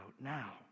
now